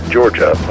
Georgia